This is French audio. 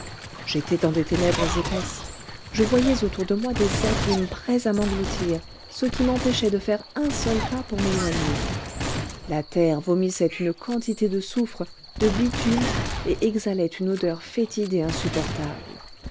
j'étais dans des ténèbres épaisses je voyais autour de moi des abîmes prêts à m'engloutir ce qui m'empêchait de faire un seul pas pour m'éloigner la terre vomissait une quantité de souffre de bitume et exhalait une odeur fétide et insupportable